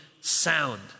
sound